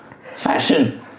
Fashion